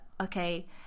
okay